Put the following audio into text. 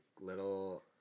little